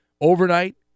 Overnight